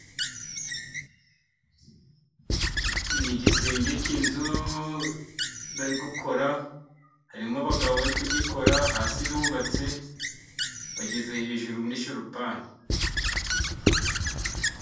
Ni igisenge cy'inzu bari gukora, harimo abagabo bari kugikora, hasi irubatse, bageze hejuru muri sharupante.